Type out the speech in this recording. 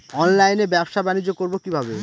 অনলাইনে ব্যবসা বানিজ্য করব কিভাবে?